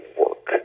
work